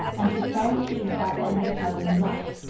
and to be very keen about their new home and life.